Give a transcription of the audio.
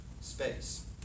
space